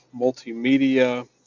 multimedia